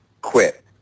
quit